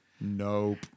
Nope